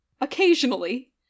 occasionally